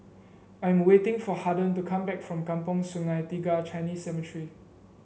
I am waiting for Haden to come back from Kampong Sungai Tiga Chinese Cemetery